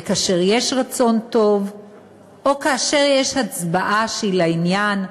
וכאשר יש רצון טוב או כאשר יש הצבעה שהיא לעניין,